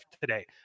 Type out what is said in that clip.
today